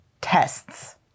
tests